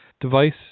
device